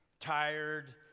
tired